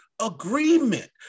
agreement